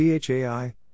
CHAI